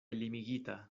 limigita